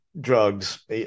drugs